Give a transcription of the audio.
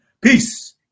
Peace